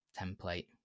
template